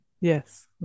Yes